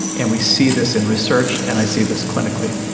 and we see this in research and i see this clinically.